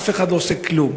ואף אחד לא עושה כלום.